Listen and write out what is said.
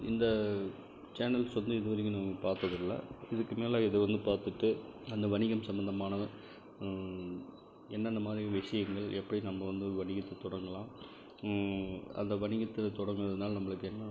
இந்த சேனல்ஸ் வந்து இது வரைக்கும் நம்ம பார்த்ததில்ல இதுக்கு மேலே இது வந்து பார்த்துட்டு அந்த வணிகம் சம்பந்தமான என்னென்ன மாதிரி விஷயங்கள் எப்படி நம்ம வந்து வணிகத்தை தொடங்கலாம் அந்த வணிகத்தை தொடங்குவதனால் நம்மளுக்கு என்ன